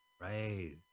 Right